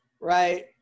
right